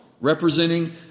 representing